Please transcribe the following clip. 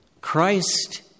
Christ